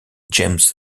james